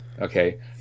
okay